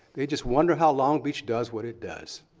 they just wonder how long beach does what it does,